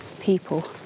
people